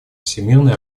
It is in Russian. всемирной